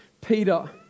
Peter